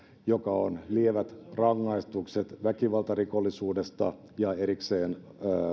joka on lievät rangaistukset väkivaltarikollisuudesta ja erikseen